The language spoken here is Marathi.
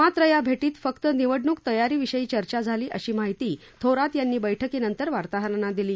मात्र या भेटीत फक्त निवडणूक तयारीविषयी चर्चा झाली अशी माहिती थोरात यांनी बैठकीनंतर वार्ताहरांना दिली